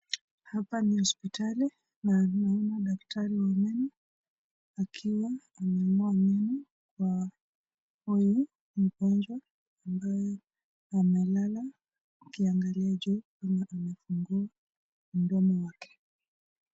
Hapa ni hosiptali na naona daktari wa meno akiwa anang'oa meno wa huyu mgonjwa ambaye amelala akiangalia juu ama amefungua mdomo wake.